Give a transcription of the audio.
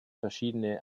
verschiedene